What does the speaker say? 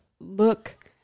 look